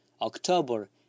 October